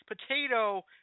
potato